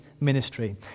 ministry